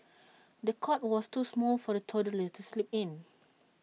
the cot was too small for the toddler to sleep in